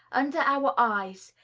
under our eyes,